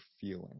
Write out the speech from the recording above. feeling